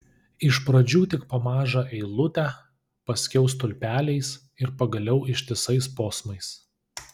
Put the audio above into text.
iš pradžių tik po mažą eilutę paskiau stulpeliais ir pagaliau ištisais posmais